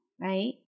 right